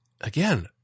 again